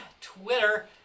Twitter